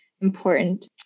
important